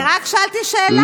אני רק שאלתי שאלה.